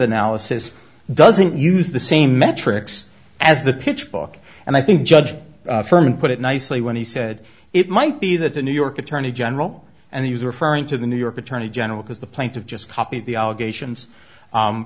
analysis doesn't use the same metrics as the pitch book and i judge firman put it nicely when he said it might be that the new york attorney general and he was referring to the new york attorney general because the plaintive just copy the allegations